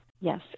Yes